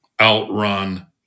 outrun